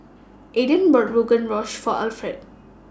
Aiden bought Rogan Josh For Alfred